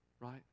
right